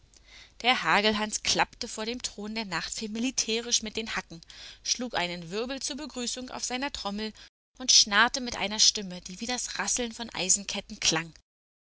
der hagelhans klappte vor dem thron der nachtfee militärisch mit den hacken schlug einen wirbel zur begrüßung auf seiner trommel und schnarrte mit einer stimme die wie das rasseln von eisenketten klang